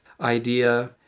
idea